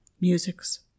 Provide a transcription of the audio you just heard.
musics